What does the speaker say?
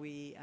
we